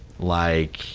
like